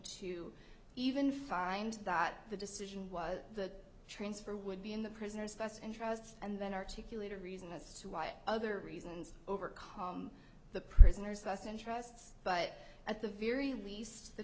to even find that the decision was the transfer would be in the prisoner's best interests and then articulate a reason as to why other reasons over car the prisoners the us interests but at the very least the